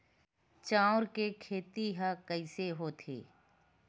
चांउर के खेती ह कइसे होथे?